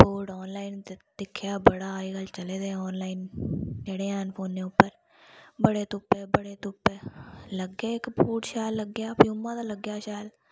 boot online दिक्खेआ ते बड़ा अजकल चले दा ऑनलाइन जेह्डे़ ऐन फोनै उप्पर बड़े तुप्पे बड़े तुप्पे इक पूमा दा बूट शैल लग्गेआ